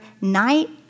night